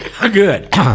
Good